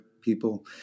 people